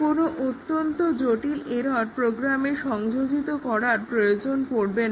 কোনো অত্যন্ত জটিল এরর্ প্রোগ্রামে সংযোজিত করার প্রয়োজন পড়বে না